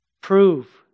Prove